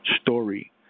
story